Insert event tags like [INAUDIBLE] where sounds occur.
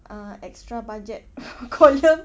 uh extra budget [NOISE] column